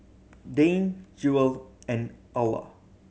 Dane Jewel and Alla